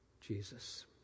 Jesus